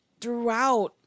throughout